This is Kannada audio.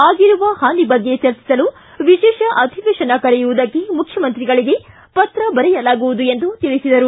ಆಗಿರುವ ಹಾನಿ ಬಗ್ಗೆ ಚರ್ಚಸಲು ವಿಶೇಷ ಅಧಿವೇಶನ ಕರೆಯುವುದಕ್ಕೆ ಮುಖ್ಯಮಂತ್ರಿಗಳಿಗೆ ಪತ್ರ ಬರೆಯಲಾಗುವುದು ಎಂದು ಹೇಳದರು